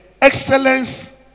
Excellence